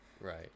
Right